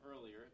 earlier